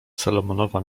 salomonowa